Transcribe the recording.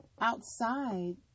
outside